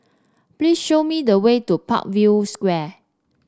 please show me the way to Parkview Square